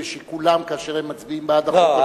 בשיקולם כאשר הם מצביעים בעד החוק או נגדו?